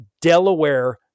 Delaware